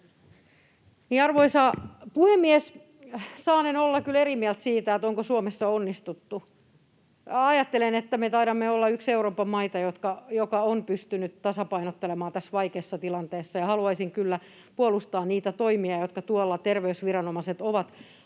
Arvoisa puhemies! Saanen olla kyllä eri mieltä siitä, onko Suomessa onnistuttu. Ajattelen, että me taidamme olla yksi niistä Euroopan maista, jotka ovat pystyneet tasapainottelemaan tässä vaikeassa tilanteessa, ja haluaisin kyllä puolustaa niitä toimia, joita tuolla terveysviranomaiset ovat